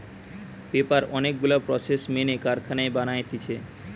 paper অনেক গুলা process মেনে কারখানায় বানাতিছে